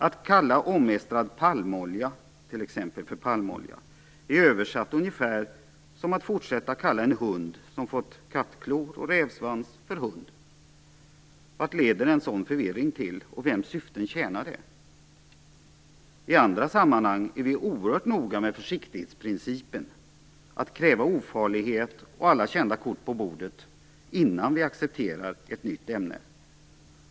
Att kalla t.ex. omestrad palmolja för palmolja är översatt ungefär som att fortsätta att kalla en hund som fått kattklor och rävsvans för hund. Vad leder en sådan förvirring till? Och vems syften tjänar den? I andra sammanhang är vi oerhört noga med försiktighetsprincipen - att kräva ofarlighet och alla kända kort på bordet innan vi accepterar ett nytt ämne.